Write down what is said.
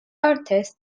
artists